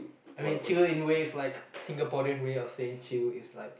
I mean chill in ways like Singaporean way of saying chill is like